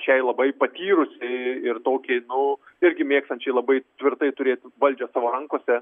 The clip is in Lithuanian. šiai labai patyrusiai ir tokiai nu irgi mėgstančiai labai tvirtai turėti valdžią savo rankose